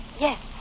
Yes